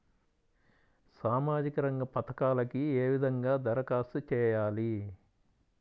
సామాజిక రంగ పథకాలకీ ఏ విధంగా ధరఖాస్తు చేయాలి?